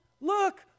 look